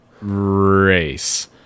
race